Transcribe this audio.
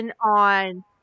on